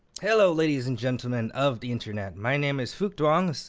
hello, ladies and gentlemen of the internet. my name is phuc duong,